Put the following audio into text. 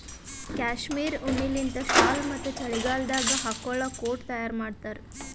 cashmere ಉಣ್ಣಿಲಿಂತ್ ಶಾಲ್ ಮತ್ತ್ ಚಳಿಗಾಲದಾಗ್ ಹಾಕೊಳ್ಳ ಕೋಟ್ ತಯಾರ್ ಮಾಡ್ತಾರ್